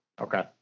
Okay